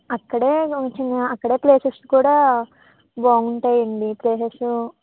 అక్కడే కొంచెము అక్కడే ప్లేసెస్ కూడా బాగుంటాయండి ప్లేసెస్